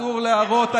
אסור להראות?